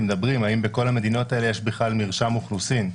מדברים: האם בכל המדינות האלה יש בכלל מרשם אוכלוסין?